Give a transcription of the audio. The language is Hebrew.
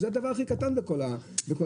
זה הדבר הכי קטן בכל המערכת.